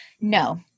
No